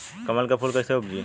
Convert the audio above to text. कमल के फूल कईसे उपजी?